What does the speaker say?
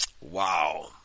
Wow